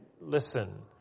listen